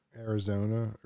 Arizona